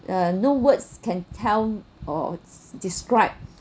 uh no words can tell or described